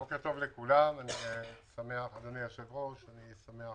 לכולם, אדוני היושב-ראש, אני שמח